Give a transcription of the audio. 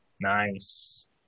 Nice